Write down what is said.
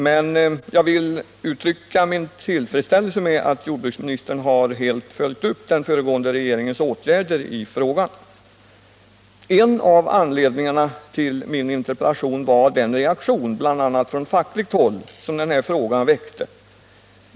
Men jag vill uttrycka min tillfredsställelse över att jordbruksministern helt har följt upp den föregående regeringens åtgärder i En av anledningarna till min interpellation var den reaktion, bl.a. från fackligt håll, som den här saken väckte.